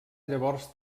llavors